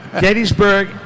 Gettysburg